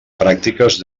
pràctiques